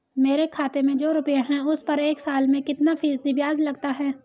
मेरे खाते में जो रुपये हैं उस पर एक साल में कितना फ़ीसदी ब्याज लगता है?